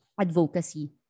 advocacy